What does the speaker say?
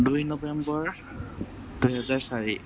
দুই নৱেম্বৰ দুহেজাৰ চাৰি